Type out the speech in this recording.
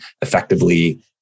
effectively